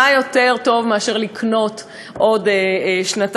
מה יותר טוב מאשר לקנות עוד שנתיים,